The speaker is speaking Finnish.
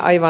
aivan